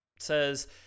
says